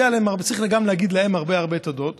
צריך להגיד גם להם הרבה הרבה תודות,